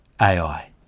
AI